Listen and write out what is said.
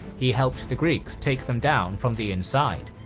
he helped the greeks take them down from the inside.